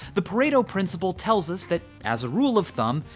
the pareto principle tells us that, as rule of thumb,